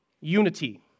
unity